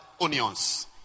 onions